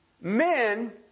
men